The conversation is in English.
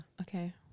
Okay